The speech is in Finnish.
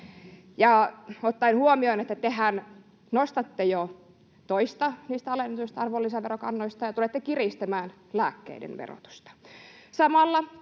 Ottaen huomioon, että tehän nostatte jo toista niistä alennetuista arvonlisäverokannoista ja tulette kiristämään lääkkeiden verotusta,